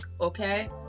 Okay